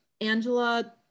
angela